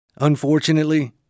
Unfortunately